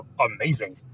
amazing